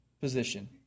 position